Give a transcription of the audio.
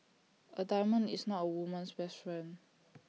A diamond is not A woman's best friend